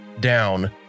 down